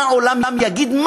מה העולם יגיד,